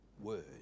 word